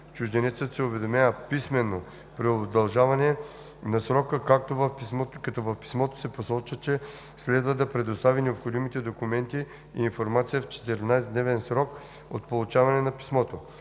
Чужденецът се уведомява писмено при удължаване на срока, като в писмото се посочва, че следва да предостави необходимите документи и информация в 14 дневен срок от получаване на писмото.